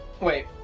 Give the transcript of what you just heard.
Wait